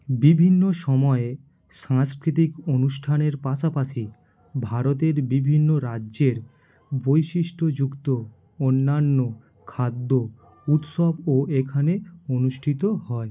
বিভিন্ন সময়ে সাংস্কৃতিক অনুষ্ঠানের পাশাপাশি ভারতের বিভিন্ন রাজ্যের বৈশিষ্ট্যযুক্ত অন্যান্য খাদ্য উৎসবও এখানে অনুষ্ঠিত হয়